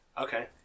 Okay